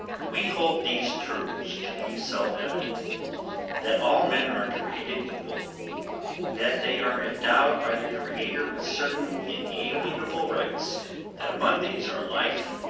we hold these truths to be self-evident that all men are created equal that they are endowed by their creator with certain inalienable rights that among these are life,